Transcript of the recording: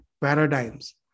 paradigms